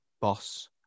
boss